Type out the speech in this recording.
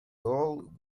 old